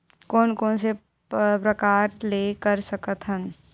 कोन कोन से प्रकार ले कर सकत हन?